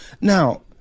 now